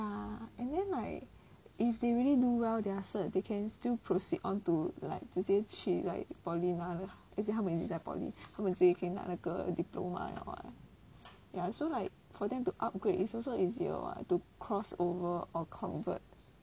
ya and then like if they really do well their cert they can still proceed onto like 直接去 like poly mah 他们已经在 poly 他们可以直接可以拿那个 diploma liao [what] ya so like for them to upgrade it's also easier to cross over or convert